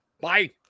Bye